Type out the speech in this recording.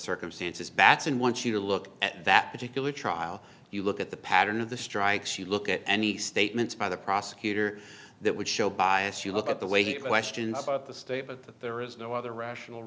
circumstances batson want you to look at that particular trial you look at the pattern of the strikes you look at any statements by the prosecutor that would show bias you look at the way he questions about the state but that there is no other rational